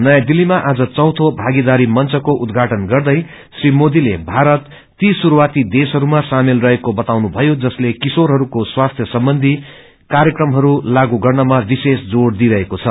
नयौं दिल्लीमा आज चौथे भागीदारी मंच को उद्घाअन गर्दै श्री मोदीले भारत ती शुरूआती देशहरूमा शमेल रहेको बताउनुभयो जसले किशोरहस्को स्वास्थ्य सम्बन्धी कार्यक्रमहरू लागू गर्नमा विशेष जोर दिएको छ